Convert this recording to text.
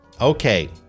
Okay